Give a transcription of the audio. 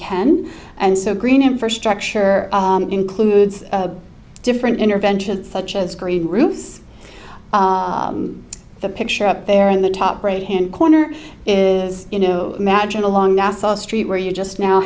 can and so green infrastructure includes different interventions such as green roofs the picture up there in the top or a hand corner is you know imagine a long nassau street where you just now